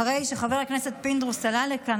אחרי שחבר הכנסת פינדרוס עלה לכאן,